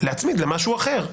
להצמיד למשהו אחר.